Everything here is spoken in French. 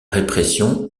répression